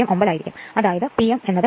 09 ആയിരിക്കും അതായത് P m17